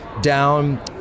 down